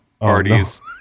parties